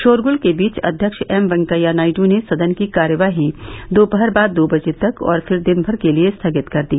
शोरगुल के बीच अध्यक्ष एम वेंकैया नायडू ने सदन की कार्यवाही दोपहर बाद दो बजे तक और फिर दिन भर के लिए स्थगित कर दी